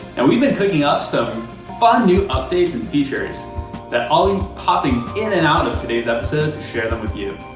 and we've been cooking up some fun new updates and features that i'll be popping in and out of today's episode to share them with you.